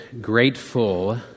grateful